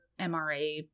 MRA